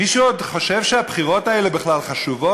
מישהו עוד חושב שהבחירות האלה בכלל חשובות?